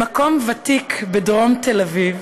למקום ותיק בדרום תל אביב